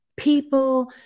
People